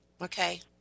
okay